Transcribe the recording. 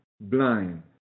blind